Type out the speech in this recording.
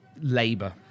labour